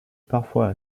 parfois